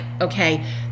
okay